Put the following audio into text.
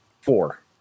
four